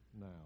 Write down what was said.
now